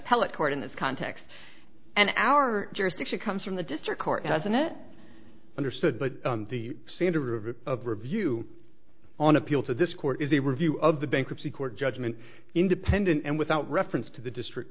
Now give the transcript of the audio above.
appellate court in this context and our jurisdiction comes from the district court doesn't it understood but the center of review on appeal to this court is a review of the bankruptcy court judgment independent and without reference to the district